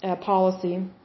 policy